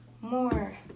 more